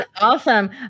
Awesome